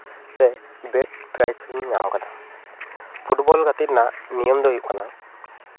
ᱥᱮ best prize ᱦᱚᱸᱧ ᱧᱟᱢ ᱟᱠᱟᱫᱟ ᱯᱷᱩᱴᱵᱚᱞ ᱜᱟᱛᱮᱜ ᱨᱮᱱᱟᱜ ᱱᱤᱭᱚᱢ ᱫᱚ ᱦᱩᱭᱩᱜ ᱠᱟᱱᱟ